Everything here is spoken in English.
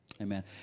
Amen